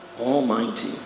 Almighty